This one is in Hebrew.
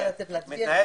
מתנהל